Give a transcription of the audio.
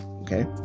okay